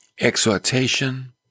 exhortation